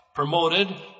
Promoted